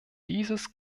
dieses